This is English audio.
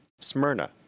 Smyrna